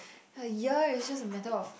!aiya! is just a matter of